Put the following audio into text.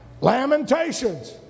Lamentations